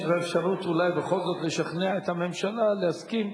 יש לך אפשרות אולי בכל זאת לשכנע את הממשלה להסכים.